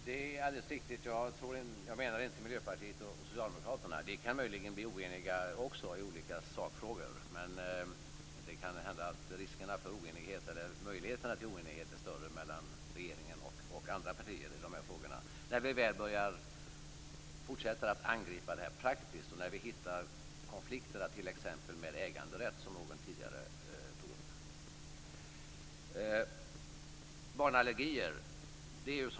Fru talman! Det är alldeles riktigt. Miljöpartiet och Socialdemokraterna kan möjligen bli oeniga i olika sakfrågor, men det han hända att möjligheterna till oenighet är större mellan regeringen och andra partier i de här frågorna, när vi väl fortsätter att angripa detta praktiskt och hittar konflikter med t.ex. äganderätt, som någon tidigare tog upp.